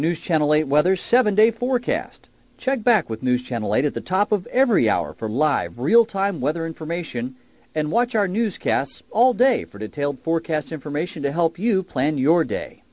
news channel eight weather seven day forecast check back with news channel eight at the top of every hour for live real time weather information and watch our newscasts all day for detailed forecast information to help you plan your day